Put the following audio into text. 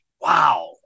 Wow